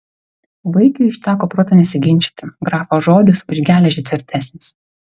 vaikiui užteko proto nesiginčyti grafo žodis už geležį tvirtesnis